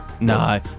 No